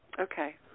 Okay